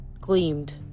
gleamed